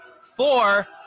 four